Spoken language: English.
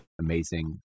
Amazing